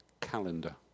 calendar